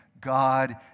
God